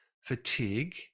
Fatigue